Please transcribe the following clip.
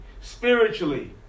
spiritually